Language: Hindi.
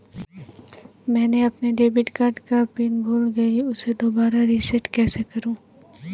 मैंने अपने डेबिट कार्ड का पिन भूल गई, उसे दोबारा रीसेट कैसे करूँ?